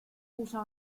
usa